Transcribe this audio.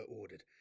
ordered